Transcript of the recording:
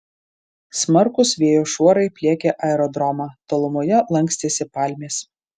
smarkūs vėjo šuorai pliekė aerodromą tolumoje lankstėsi palmės